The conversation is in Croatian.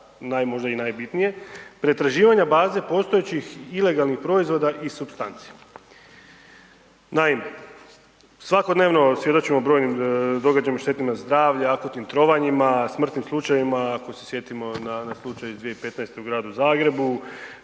možda i najbitnije, pretraživanja baze postojećih ilegalnih proizvoda i supstanci. Naime, svakodnevno svjedočimo o brojnim događajima štetnima za zdravlja akutnim trovanjima, smrtnim slučajevima ako se sjetimo na slučaj 2015. u Gradu Zagrebu,